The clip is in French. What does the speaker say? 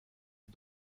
est